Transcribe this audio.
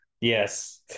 Yes